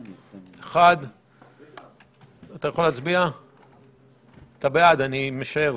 1. אתה בעד, אני משער,